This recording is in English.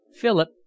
Philip